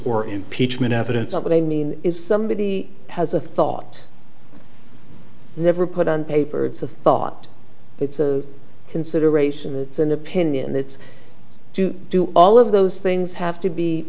or impeachment evidence of what i mean if somebody has a thought never put on paper it's a thought it's a consideration it's an opinion it's to do all of those things have to be